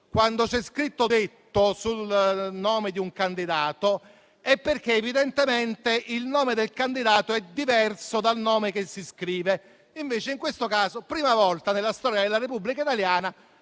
quando c'è scritto "detto" sul nome di un candidato è perché evidentemente il nome del candidato è diverso dal nome che si scrive. Invece in questo caso, per la prima volta nella storia della Repubblica italiana,